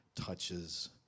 touches